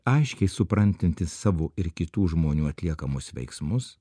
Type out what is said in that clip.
aiškiai suprantantis savo ir kitų žmonių atliekamus veiksmus